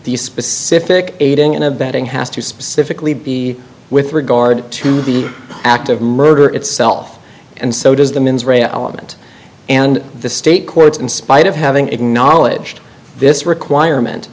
these specific aiding and abetting has to specifically be with regard to the act of murder itself and so does the mens rea element and the state courts in spite of having acknowledged this requirement